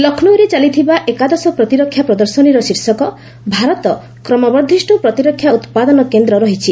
ଲକ୍ଷ୍ନୌରେ ଚାଲିଥିବା ଏକାଦଶ ପ୍ରତିରକ୍ଷା ପ୍ରଦର୍ଶନୀର ଶୀର୍ଷକ ଭାରତ କ୍ରମବର୍ଦ୍ଧିଷ୍ଟ୍ର ପ୍ରତିରକ୍ଷା ଉତ୍ପାଦନ କେନ୍ଦ୍ର ରହିଛି